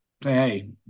Hey